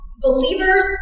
believers